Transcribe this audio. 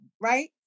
Right